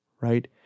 right